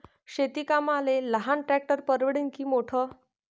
शेती कामाले लहान ट्रॅक्टर परवडीनं की मोठं?